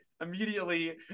immediately